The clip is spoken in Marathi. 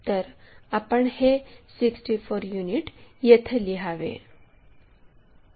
तर आपण हे 64 युनिट येथे लिहावे